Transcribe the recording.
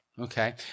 Okay